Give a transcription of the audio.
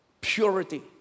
Purity